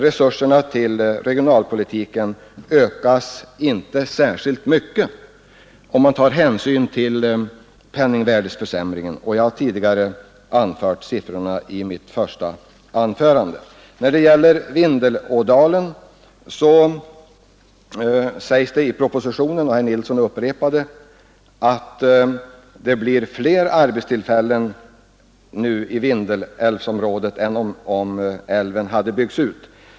Resurserna till regionalpolitiken ökas inte särskilt mycket om man tar hänsyn till penningvärdeförsämringen. Jag har nämnt siffrorna i mitt första anförande. När det gäller Vindelådalen sägs det i propositionen, och herr Nilsson i Östersund upprepade det, att det blir fler arbetstillfällen nu i Vindelälvsområdet än om älven hade byggts ut.